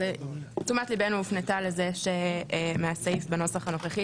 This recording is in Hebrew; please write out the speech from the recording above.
תשומת ליבנו הופנתה לזה שמהנוסח הנוכחי